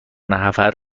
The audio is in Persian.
نفر